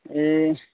ए